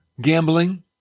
gambling